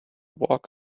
walk